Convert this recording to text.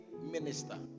minister